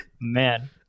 Man